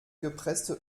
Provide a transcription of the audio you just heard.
gepresste